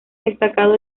destacado